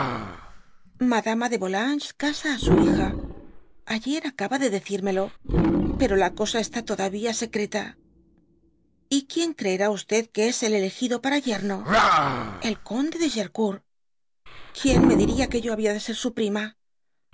madama de volátiges casa á su hijaaycr acaba de decírmela peco la cosa está todavía secreta f y quien creerá qtíé es el elegido para yerno el conde de gercourt quien rae diria que yo habia de ser sn prima